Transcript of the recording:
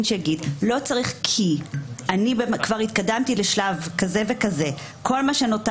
שיגיד לא צריך כי אני כבר התקדמתי לשלב כזה וכזה כל מה שנותר